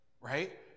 Right